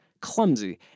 clumsy